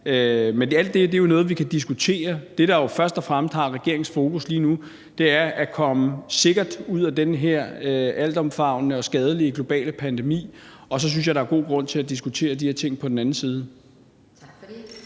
Men alt det er jo noget, vi kan diskutere. Det, der jo først og fremmest har regeringens fokus lige nu, er at komme sikkert ud af den her altomfavnende og skadelige globale pandemi, og så synes jeg, der er god grund til at diskutere de her ting på den anden side.